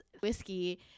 whiskey